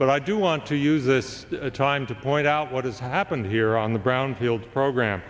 but i do want to use this time to point out what has happened here on the brownfield program